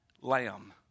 lamb